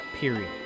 Period